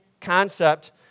concept